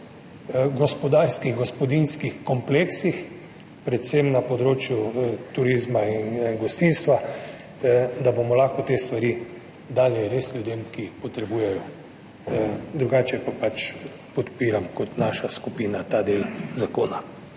gospodarskih, gospodinjskih kompleksih predvsem na področju turizma in gostinstva, da bomo lahko te stvari dali res ljudem, ki jih potrebujejo. Drugače pa podpiram, kot naša skupina, ta del zakona.